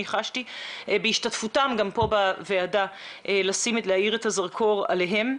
חשתי בהשתתפותם בוועדה להאיר את הזרקור עליהם.